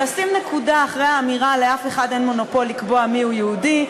לשים נקודה אחרי האמירה: לאף אחד אין מונופול לקבוע מיהו יהודי,